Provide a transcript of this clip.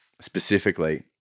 specifically